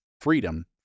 freedom